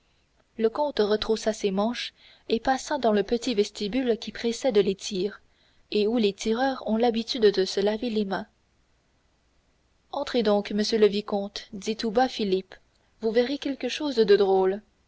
le comte retroussa ses manches et passa dans le petit vestibule qui précède les tirs et où les tireurs ont l'habitude de se laver les mains entrez donc monsieur le vicomte dit tout bas philippe vous verrez quelque chose de drôle